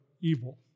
evil